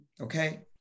Okay